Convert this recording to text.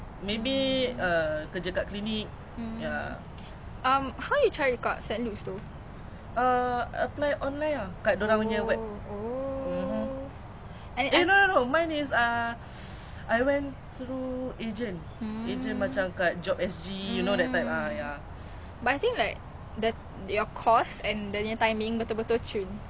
but I think like your course and dia punya timing betul-betul chun like cause of the pandemic betul-betul cari like orang apa ni like healthcare people ya they cari ya ya so that was the timing was nice but the pandemic no lah